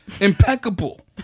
impeccable